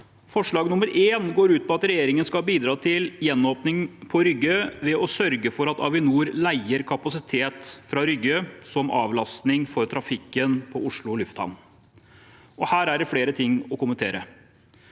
Forslag nr. 1 går ut på at regjeringen skal bidra til gjenåpning på Rygge ved å sørge for at Avinor leier kapasitet fra Rygge som avlastning for trafikk på Oslo lufthavn. Her er det flere ting å kommentere.